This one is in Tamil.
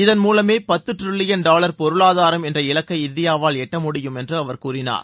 இதன் மூலமே பத்து ட்ரில்லியன் டாலர் பொருளாதாரம் என்ற இலக்கை இந்தியாவால் எட்டமுடியும் என்று அவர் கூறினார்